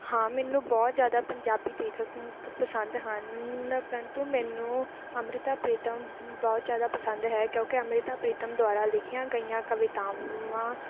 ਹਾਂ ਮੈਨੂੰ ਬਹੁਤ ਜ਼ਿਆਦਾ ਪੰਜਾਬੀ ਲੇਖਕ ਪਸੰਦ ਹਨ ਪਰੰਤੂ ਮੈਨੂੰ ਅੰਮ੍ਰਿਤਾ ਪ੍ਰੀਤਮ ਬਹੁਤ ਜ਼ਿਆਦਾ ਪਸੰਦ ਹੈ ਕਿਉਂਕਿ ਅੰਮ੍ਰਿਤਾ ਪ੍ਰੀਤਮ ਦੁਆਰਾ ਲਿਖੀਆਂ ਗਈਆਂ ਕਵਿਤਾਵਾਂ